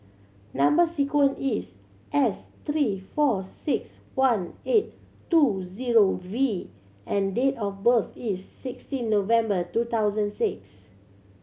number sequence is S three four six one eight two zero V and date of birth is sixteen November two thousand six